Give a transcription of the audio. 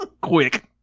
Quick